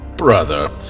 Brother